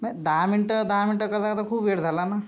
नाही दहा मिनिटं दहा मिनिटं करता करता खूप वेळ झाला ना